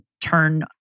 turn